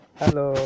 hello